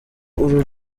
uru